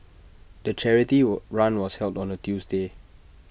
the charity wall run was held on A Tuesday